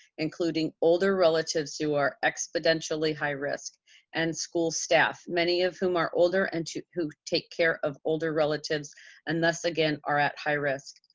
including older relatives who are exponentially high risk and school staff, many of whom are older and who take care of older relatives and thus again are at high risk.